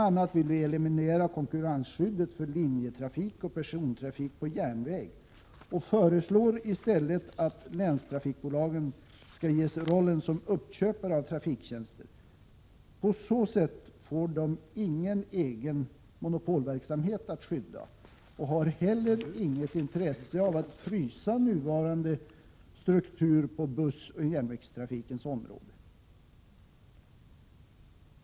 a. vill vi eliminera konkurrensskyddet för linjetrafik och persontrafik på järnväg och föreslår i stället att länstrafikbolagen skall ges rollen som uppköpare av trafiktjänster. På så sätt får de ingen egen monopolverksamhet att skydda och har heller inget intresse av att frysa nuvarande strukturer på bussoch järnvägstrafikens område.